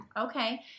Okay